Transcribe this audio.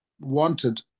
wanted